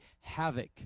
havoc